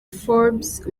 forbes